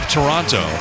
Toronto